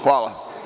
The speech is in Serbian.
Hvala.